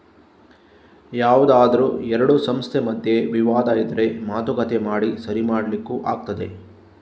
ಯಾವ್ದಾದ್ರೂ ಎರಡು ಸಂಸ್ಥೆ ಮಧ್ಯೆ ವಿವಾದ ಇದ್ರೆ ಮಾತುಕತೆ ಮಾಡಿ ಸರಿ ಮಾಡ್ಲಿಕ್ಕೂ ಆಗ್ತದೆ